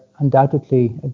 Undoubtedly